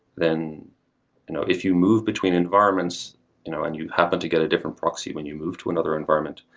then you know if you move between environments you know and you've happen to get a different proxy when you moved to another environment,